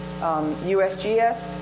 USGS